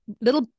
little